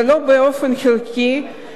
ולו באופן חלקי,